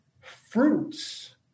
fruits